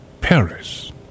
Paris